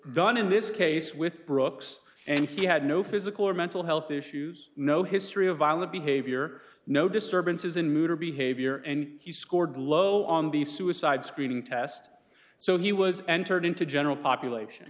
done in this case with brooks and he had no physical or mental health issues no history of violent behavior no disturbances in mood or behavior and he scored low on the suicide screening test so he was entered into general population